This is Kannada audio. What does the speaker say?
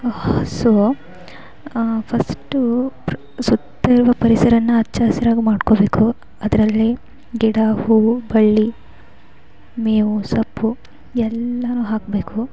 ಹಸು ಫಸ್ಟು ಸುತ್ತ ಇರುವ ಪರಿಸರನ ಹಚ್ಚ ಹಸಿರಾಗೂ ಮಾಡ್ಕೋಬೇಕು ಅದರಲ್ಲಿ ಗಿಡ ಹೂವು ಬಳ್ಳಿ ಮೇವು ಸೊಪ್ಪು ಎಲ್ಲವು ಹಾಕಬೇಕು